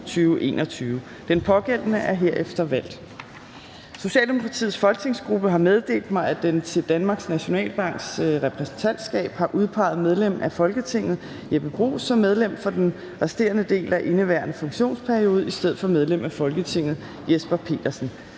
Den pågældende er herefter valgt. Socialdemokratiets folketingsgruppe har meddelt mig, at den til Danmarks Nationalbanks repræsentantskab har udpeget medlem af Folketinget Jeppe Bruus som medlem for den resterende del af indeværende funktionsperiode i stedet for medlem af Folketinget Jesper Petersen.